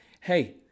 Hey